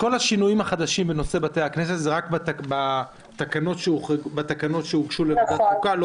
כל השינויים בנושא בתי הכנסת הם רק בתקנות שהוגשו לוועדת חוקה?